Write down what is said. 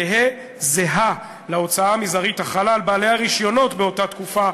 תהא זהה להוצאה המזערית החלה על בעלי הרישיונות באותה תקופה,